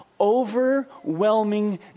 overwhelming